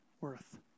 worth